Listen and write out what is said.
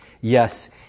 Yes